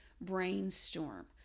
brainstorm